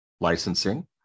licensing